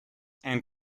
and